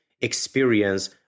experience